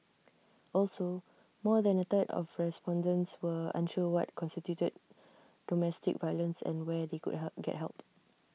also more than A third of respondents were unsure what constituted domestic violence and where they could help get help